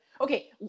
okay